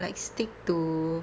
like stick to